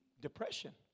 depression